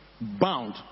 bound